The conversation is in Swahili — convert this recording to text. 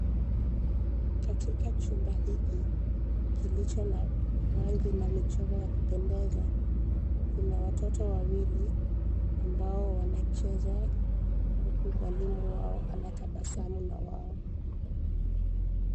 Katika chumba hiki, kilicho na rangi na michoro ya kupendeza, kuna watoto wawili ambao wanacheza, huku mwalimu wao anatabasamu na wao.